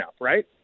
Right